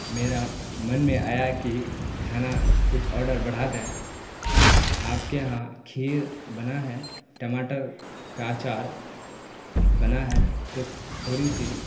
میرا من میں آیا کہ کھانا کچھ آڈر بڑھا دیں تو آپ کے یہاں کھیر بنا ہے ٹماٹر کا اچار بنا ہے تو تھوڑی سی